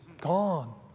Gone